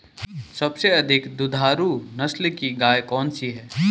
सबसे अधिक दुधारू नस्ल की गाय कौन सी है?